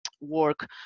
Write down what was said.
work